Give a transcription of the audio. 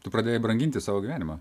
tu pradėjai branginti savo gyvenimą